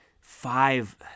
five